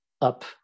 up